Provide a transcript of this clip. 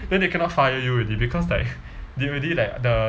then they cannot fire you already because like they already like the